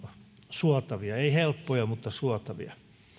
suotavaa ei helppoa mutta suotavaa